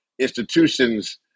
institutions